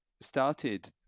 started